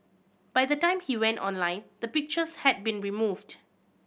by the time he went online the pictures had been removed